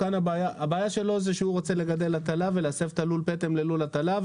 הבעיה שלו שהוא רוצה לגדל הטלה ולהסב את לול הפטם ללול הטלה,